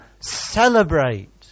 celebrate